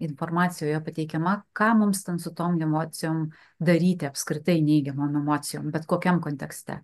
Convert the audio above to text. informacija pateikiama ką mums ten su tom emocijom daryti apskritai neigiamom emocijom bet kokiam kontekste